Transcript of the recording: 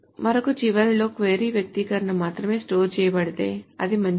మరొక చివరలో క్వరీ వ్యక్తీకరణ మాత్రమే స్టోర్ చేయబడితే అది మంచిది